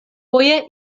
foje